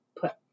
put